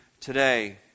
today